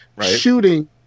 shooting